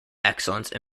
excellence